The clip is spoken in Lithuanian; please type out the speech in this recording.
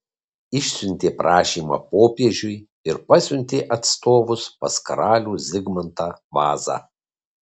išsiuntė prašymą popiežiui ir pasiuntė atstovus pas karalių zigmantą vazą